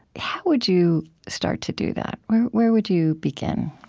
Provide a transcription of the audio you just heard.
how would you start to do that? where where would you begin?